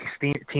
Team